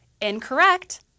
incorrect